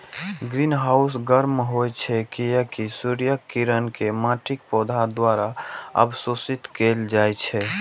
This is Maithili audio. ग्रीनहाउस गर्म होइ छै, कियैकि सूर्यक किरण कें माटि, पौधा द्वारा अवशोषित कैल जाइ छै